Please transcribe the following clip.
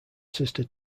sister